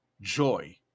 joy